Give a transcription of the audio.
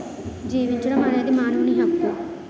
జీవించడం అనేది మానవుని హక్కు